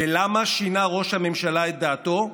ולמה שינה ראש הממשלה את דעתו,